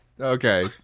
Okay